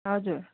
हजुर